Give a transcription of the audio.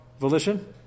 volition